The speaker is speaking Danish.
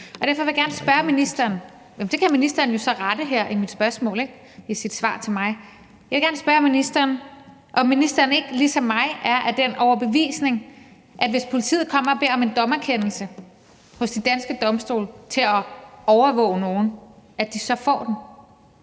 mig. Jeg vil gerne spørge ministeren, om ministeren ikke ligesom mig er af den overbevisning, at hvis politiet kommer og beder om en dommerkendelse hos de danske domstole til at overvåge nogen, så får de